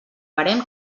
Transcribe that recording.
barem